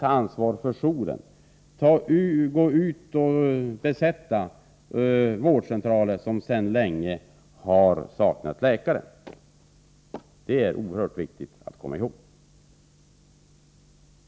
De kanske också kan gå ut och besätta tjänster på vårdcentraler, som sedan länge har saknat läkare. Det är oerhört viktigt att komma ihåg att detta kan bli möjligt.